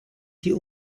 sie